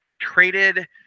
traded